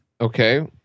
Okay